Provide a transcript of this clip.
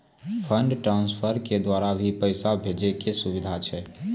Fund transfer के द्वारा भी पैसा भेजै के सुविधा छै?